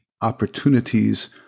opportunities